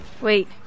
Wait